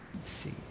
see